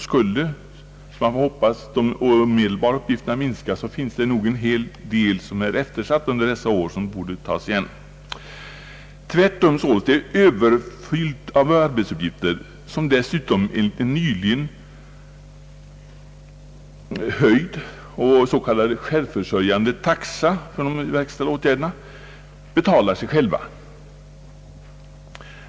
Skulle — som man får hoppas — de omedelbara uppgifterna nedskäras, finns det säkert åtskilligt som blivit eftersatt under dessa år och som bör tas igen. Nu är det tvärtom Ööverfullt av arbetsuppgifter, som dessutom enligt en nyligen höjd och s.k. självförsörjande taxa betalar sig själva.